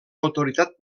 autoritat